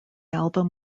album